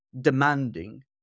demanding